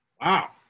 wow